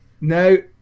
No